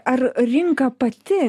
ar rinka pati